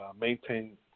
maintain